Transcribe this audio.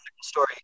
story